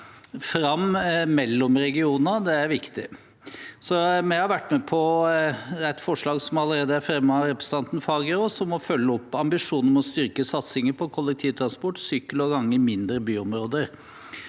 fram mellom regionene er viktig. Vi har derfor vært med på et forslag som allerede er fremmet av representanten Fagerås, om å følge opp ambisjonen om å styrke satsingen på kollektivtransport, sykkel og gange i mindre byområder.